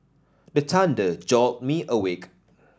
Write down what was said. the thunder jolt me awake